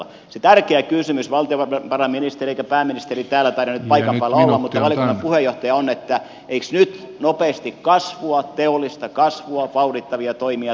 se tärkeä kysymys on ei valtiovarainministeri eikä pääministeri täällä taida nyt paikan päällä olla mutta valiokunnan puheenjohtaja on että eikös nyt nopeasti teollista kasvua vauhdittavia toimia tarvittaisi